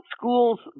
schools